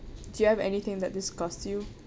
do you have anything that disgust you